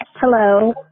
Hello